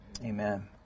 Amen